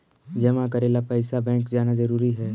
जमा करे ला पैसा बैंक जाना जरूरी है?